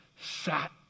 sat